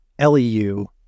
LEU